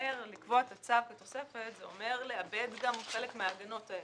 לקבוע את הצו כתוספת פירושו לאבד גם חלק מההגנות האלה.